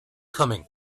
coming